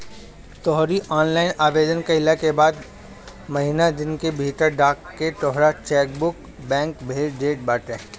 तोहरी ऑनलाइन आवेदन कईला के बाद महिना दिन के भीतर डाक से तोहार चेकबुक बैंक भेज देत बाटे